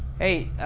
hey,